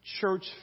church